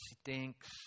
stinks